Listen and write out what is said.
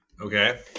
okay